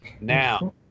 Now